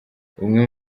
umwe